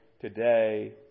today